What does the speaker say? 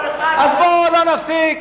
אז בוא נפסיק.